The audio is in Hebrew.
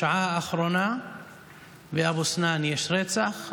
בשעה האחרונה באבו סנאן יש רצח,